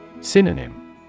Synonym